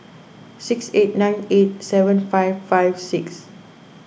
six eight nine eight seven five five six